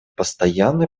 постоянный